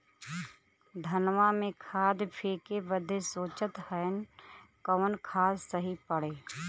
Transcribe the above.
धनवा में खाद फेंके बदे सोचत हैन कवन खाद सही पड़े?